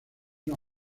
una